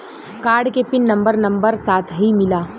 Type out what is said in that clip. Card के PIN number number साथही मिला?